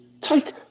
take